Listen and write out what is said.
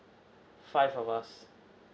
five of us